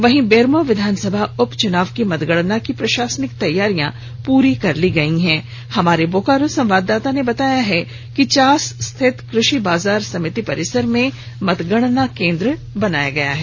वहीं बेरमो विधानसभा उपचुनाव की मतगणना की प्रशासनिक तैयारियां पूरी कर ली गई है हमारे बोकारो संवाददाता ने बताया कि ् चास स्थित कृषि बाजार समति परिसर में मतगणना केन्द्र बनाया गया है